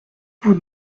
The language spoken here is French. vous